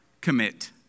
commit